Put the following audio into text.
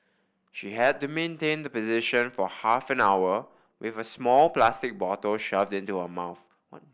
she had to maintain the position for half an hour with a small plastic bottle shoved into her mouth